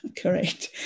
correct